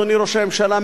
אדוני ראש הממשלה,